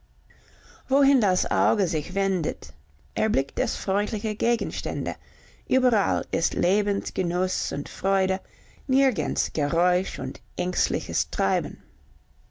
wohin das auge sich wendet erblickt es freundliche gegenstände überall ist lebensgenuß und freude nirgends geräusch und ängstliches treiben